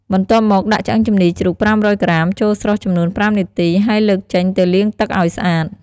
បន្ទាប់មកដាក់ឆ្អឹងជំនីជ្រូក៥០០ក្រាមចូលស្រុះចំនួន៥នាទីហើយលើកចេញទៅលាងទឹកឱ្យស្អាត។